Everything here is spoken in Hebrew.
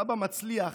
סבא מצליח,